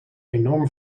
enorm